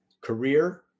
career